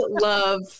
love